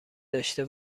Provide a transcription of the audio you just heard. داشته